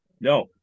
No